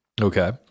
Okay